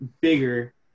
bigger